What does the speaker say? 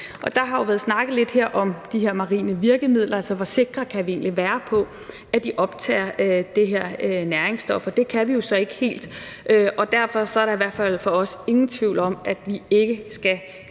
Der har jo været snakket lidt her om de marine virkemidler, altså hvor sikre vi egentlig kan være på, at de optager de her næringsstoffer. Det kan vi jo så ikke helt, og derfor er der i hvert fald for os ingen tvivl om, at man ikke skal